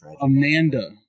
Amanda